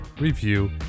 review